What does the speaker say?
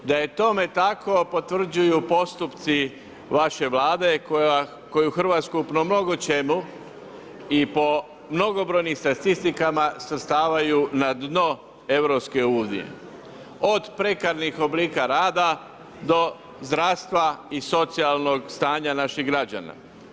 Da je tome tako potvrđuju postupci vaše Vlade koju Hrvatsku po mnogo čemu i po mnogobrojnim statistikama svrstavaju na dno EU, od prekarnih oblika rada do zdravstva i socijalnog stanja naših građana.